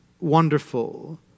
wonderful